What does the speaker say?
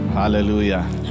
hallelujah